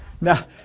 Now